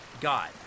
God